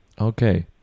Okay